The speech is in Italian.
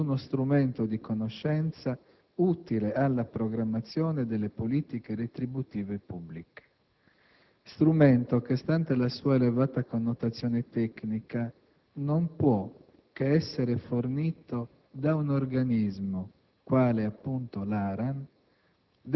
ed uno strumento di conoscenza utile alla programmazione delle politiche retributive pubbliche. Strumento che, stante la sua elevata connotazione tecnica, non può che essere fornito da un organismo, quale, appunto, l'ARAN,